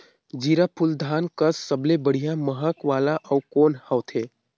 जीराफुल धान कस सबले बढ़िया महक वाला अउ कोन होथै?